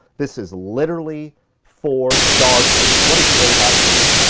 this is literally for dog food. what a great idea.